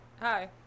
hi